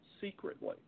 secretly